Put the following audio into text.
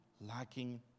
lacking